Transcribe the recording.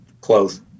close